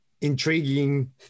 intriguing